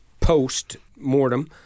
post-mortem